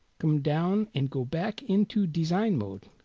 come down in go back into design-mode